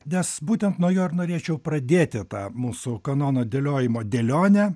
nes būtent nuo jo ir norėčiau pradėti tą mūsų kanono dėliojimo dėlionę